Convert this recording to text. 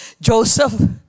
Joseph